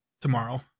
tomorrow